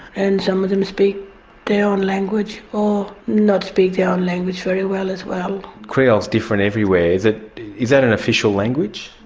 and some of them speak their own language or not speak their own language very well as well. creole is different everywhere. is that is that an official language?